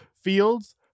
Fields